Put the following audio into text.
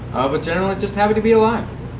but generally just happy to be alive.